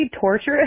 torturous